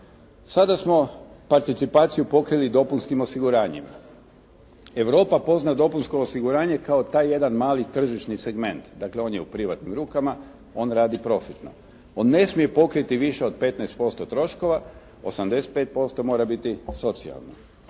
Sada smo participaciju pokrili dopunskim osiguranjem. Europa pozna dopunsko osiguranje kao taj jedan mali tržišni segment, dakle on je u privatnim rukama, on radi profitno. On ne smije pokriti više od 15% troškova, 85% mora biti socijalno.